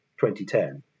2010